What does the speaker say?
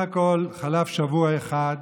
בסך הכול חלף שבוע אחד